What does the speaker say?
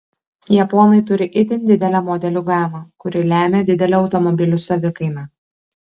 japonai turi itin didelę modelių gamą kuri lemią didelę automobilių savikainą